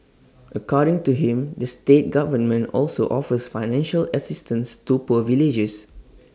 according to him the state government also offers financial assistance to poor villagers